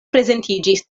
prezentiĝis